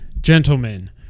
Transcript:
gentlemen